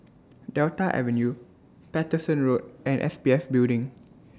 Delta Avenue Paterson Road and S P F Building